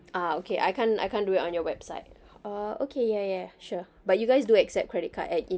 ah okay I can't I can't do it on your website uh okay ya ya sure but you guys do accept credit card at